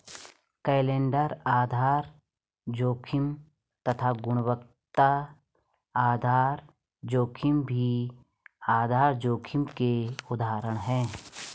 calendar आधार जोखिम तथा गुणवत्ता आधार जोखिम भी आधार जोखिम के उदाहरण है